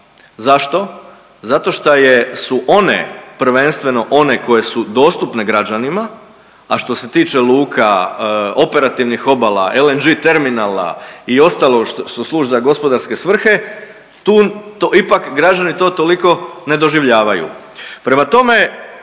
Zašto? Zato šta je su one prvenstveno one koje su dostupne građanima, a što se tiče luke, operativnih obala, LNG terminala i ostalo što služi za gospodarske svrhu tu ipak građani to toliko ne doživljavaju. Prema tome,